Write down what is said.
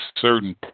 certain